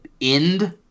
end